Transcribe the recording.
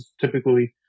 typically